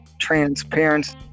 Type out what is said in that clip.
transparency